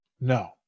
No